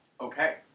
Okay